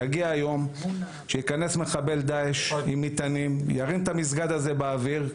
יגיע יום שיכנס מחבל דאעש עם מטענים וירים את המסגד הזה באוויר.